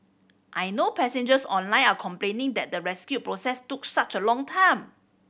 I know passengers online are complaining that the rescue process took such a long time